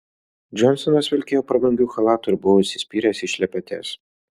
džonsonas vilkėjo prabangiu chalatu ir buvo įsispyręs į šlepetes